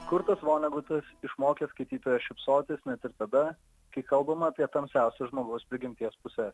kurtas vonegutas išmokė skaitytoją šypsotis net ir tada kai kalbama apie tamsiausias žmogaus prigimties puses